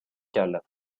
cale